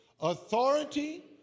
Authority